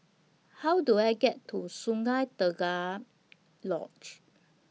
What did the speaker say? How Do I get to Sungei Tengah Lodge